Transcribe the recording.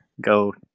go